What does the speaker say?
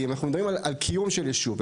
כי אם אנחנו מדברים על קיום של ישוב,